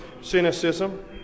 cynicism